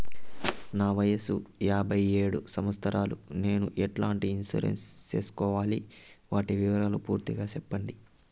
నా వయస్సు యాభై ఏడు సంవత్సరాలు నేను ఎట్లాంటి ఇన్సూరెన్సు సేసుకోవాలి? వాటి వివరాలు పూర్తి గా సెప్పండి?